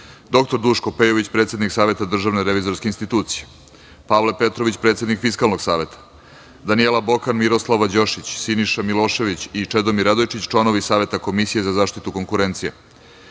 dr Duško Pejović, predsednik Saveta DRI, Pavle Petrović, predsednik Fiskalnog saveta, Danijela Bokan, Miroslava Đošić, Siniša Milošević i Čedomir Radojčić, članovi Saveta Komisije za zaštitu konkurencije,